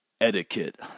etiquette